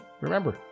remember